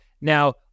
Now